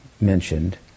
mentioned